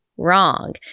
wrong